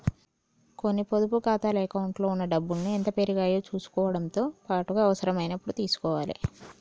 కొన్ని పొదుపు ఖాతాల అకౌంట్లలో ఉన్న డబ్బుల్ని ఎంత పెరిగాయో చుసుకోవడంతో పాటుగా అవసరమైనప్పుడు తీసుకోవాలే